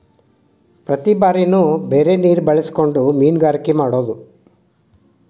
ಪ್ರತಿ ಬಾರಿನು ಬೇರೆ ನೇರ ಬಳಸಕೊಂಡ ಮೇನುಗಾರಿಕೆ ಮಾಡುದು